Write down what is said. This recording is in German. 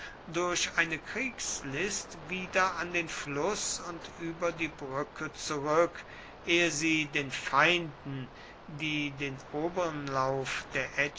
durch eine kriegslist wieder an den fluß und über die brücke zurück ehe es den feinden die den oberen lauf der